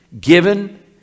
given